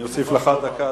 אדוני, אני אוסיף לך דקה.